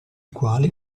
quali